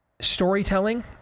Storytelling